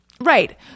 Right